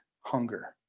hunger